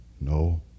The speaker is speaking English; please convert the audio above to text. no